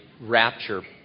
rapture